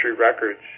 records